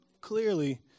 clearly